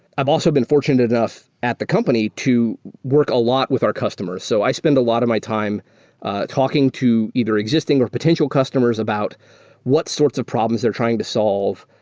i've also been fortunate enough at the company to work a lot with our customers. so i spend a lot of my time talking to either existing or potential customers about what sorts of problems they're trying to solve.